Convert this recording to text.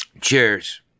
Cheers